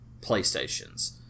PlayStations